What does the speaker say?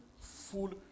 Full